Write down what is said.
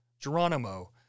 Geronimo